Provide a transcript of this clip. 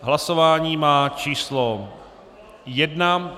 Hlasování má číslo 1.